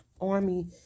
army